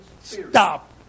Stop